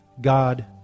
God